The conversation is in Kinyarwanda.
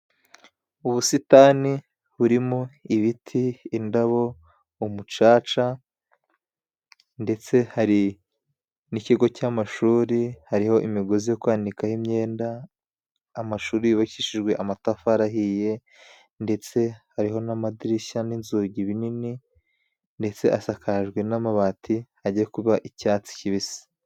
Ubusitani burimo ibiti, indabo, umucaca ndetse hari n'ikigo cy'amashuri, hariho imigozi yo kwanikaho imyenda. Amashuri yubakishijwe amatafari ahiye, ndetse hariho n'amadirishya n'inzugi binini, ndetse asakajwe n'amabati ajya kuba icyatsi kibisi.